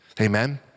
Amen